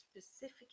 specific